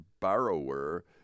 borrower